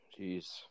Jeez